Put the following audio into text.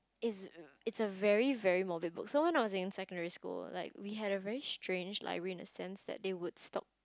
it's it's a very very morbid book so when I was in secondary school like we had a very strange library in the sense that they would stock